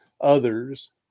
others